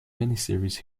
miniseries